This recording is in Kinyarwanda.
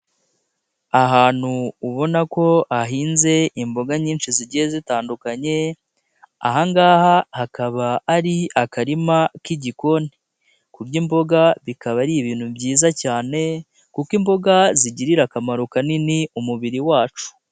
Ahantu ubona ko hahinze imboga nyinshi zigiye zitandukanye, aha ngaha hakaba ari akarima k'igikoni, kurya imboga bikaba ari ibintu byiza cyane kuko imboga zigirira akamaro kanini umubiri wacu.